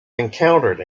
encountered